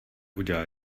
udělal